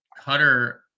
cutter